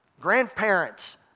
Grandparents